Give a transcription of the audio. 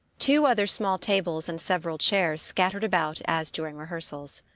two other small tables and several chairs scattered about as during rehearsals.